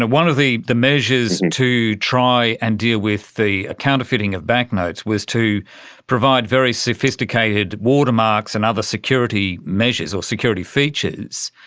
one of the the measures to try and deal with the counterfeiting of banknotes was to provide very sophisticated watermarks and other security measures or security features.